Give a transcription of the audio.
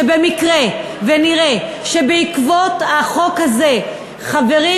שבמקרה שנראה שבעקבות החוק הזה חברים